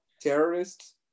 Terrorists